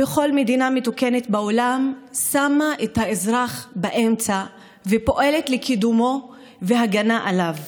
כל מדינה מתוקנת בעולם שמה את האזרח באמצע ופועלת לקידומו ולהגנה עליו,